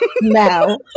No